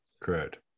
Correct